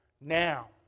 now